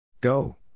Go